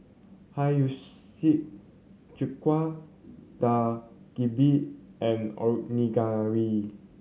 Hiyashi Chuka Dak Galbi and Onigiri